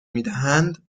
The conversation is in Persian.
میدهند